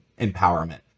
empowerment